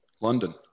london